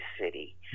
city